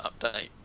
update